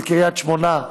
של קריית שמונה,